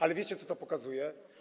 Ale wiecie, co to pokazuje?